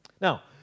Now